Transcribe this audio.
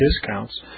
discounts